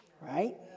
right